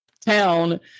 town